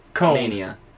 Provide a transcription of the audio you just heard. Mania